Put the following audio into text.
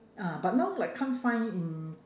ah but now like can't find in